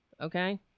okay